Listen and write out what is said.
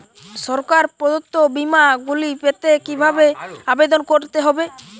সরকার প্রদত্ত বিমা গুলি পেতে কিভাবে আবেদন করতে হবে?